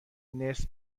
نصف